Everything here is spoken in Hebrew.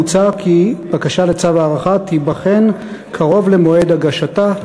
מוצע כי בקשה לצו הארכה תיבחן קרוב למועד הגשתה.